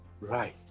right